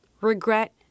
regret